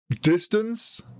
distance